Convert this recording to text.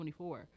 24